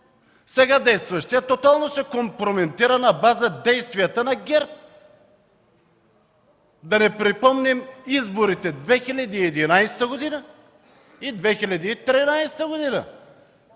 сега действащият тотално се компрометира на база действията на ГЕРБ. Да не припомням изборите през 2011 и 2013 г.